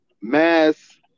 mass